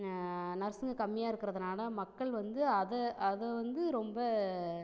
நர்ஸுங்க கம்மியாக இருக்குறதுனால மக்கள் வந்து அதை அதை வந்து ரொம்ப